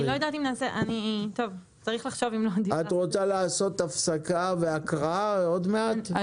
את רוצה לעשות הפסקה והקראה עוד מעט,